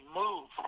move